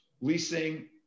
leasing